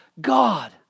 God